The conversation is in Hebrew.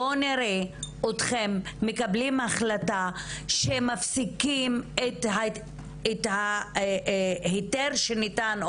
בוא נראה אתכם מקבלים החלטה שמפסיקים את ההיתר שניתן,